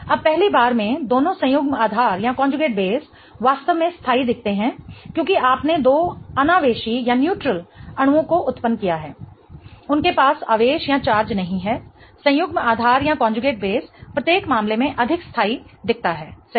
अब पहली बार में दोनों संयुग्मित आधार वास्तव में स्थाई दिखते हैं क्योंकि आपने दो आनावेशी अणुओं को उत्पन्न किया है उनके पास आवेश नहीं है संयुग्म आधार प्रत्येक मामले में अधिक स्थाई दिखता है सही